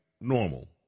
normal